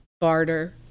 barter